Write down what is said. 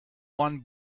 one